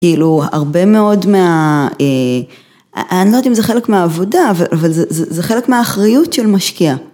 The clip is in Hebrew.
כאילו הרבה מאוד מה, אני לא יודעת אם זה חלק מהעבודה, אבל זה חלק מהאחריות של משקיע.